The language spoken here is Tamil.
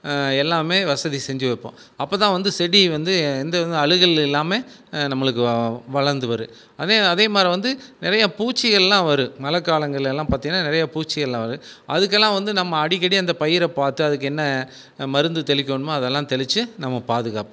எல்லாமே வசதி செஞ்சு வைப்போம் அப்ப தான் வந்து செடி வந்து அழுகல் இல்லாமல் நம்மளுக்கு வந்து வளர்ந்து வரும் அதே அதே மாதிரி வந்து நிறையா பூச்சிகள்லாம் வரும் மழகாலங்கள்லலாம் பார்த்தீங்கன்னா நிறையா பூச்சி எல்லாம் வரும் அதுக்கல்லாம் வந்து நம்ம அடிக்கடி அந்த பயிரை பார்த்து அதுக்கு என்ன மருந்து தெளிக்கணுமோ அதல்லாம் தெளிச்சி நம்ம பாதுகாப்போம்